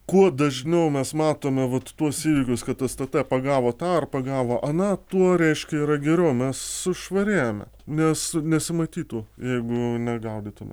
kuo dažniau mes matome vat tuos įvykius kad stt pagavo tą ar pagavo aną tuo reiškia yra geriau mes švarėjame nes nesimatytų jeigu negaudytume